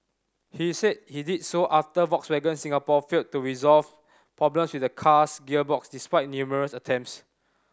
he said he did so after Volkswagen Singapore failed to resolve problems with the car's gearbox despite numerous attempts